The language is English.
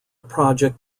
project